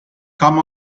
come